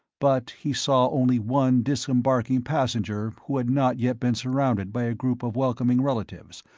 but he saw only one disembarking passenger who had not yet been surrounded by a group of welcoming relatives,